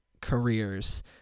careers